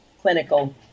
clinical